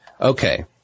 Okay